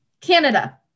Canada